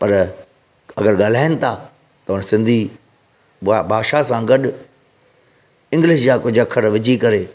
पर अगरि ॻाल्हाइनि था पर सिंधी उहा भाषा सां गॾु इंग्लिश जा कुझु अख़र विझी करे